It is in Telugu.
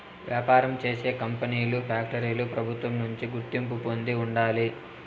వ్యాపారం చేసే కంపెనీలు ఫ్యాక్టరీలు ప్రభుత్వం నుంచి గుర్తింపు పొంది ఉండాలి